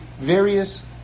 various